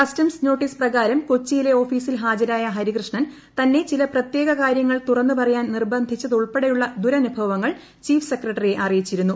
customs notice പ്രകാരം കൊച്ചിയിലെ ഓഫീസിൽ ഹാജരായ ഹരികൃഷ്ണൻ തന്നെ ചില പ്രത്യേക കാര്യങ്ങൾ തുറന്ന് പറയാൻ നിർബന്ധിച്ചതുൾപ്പെടെയുള്ള ദുരനുഭവങ്ങൾ ചീഫ് സെക്രട്ടറിയെ അറിയിച്ചിരുന്നു